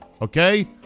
okay